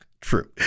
true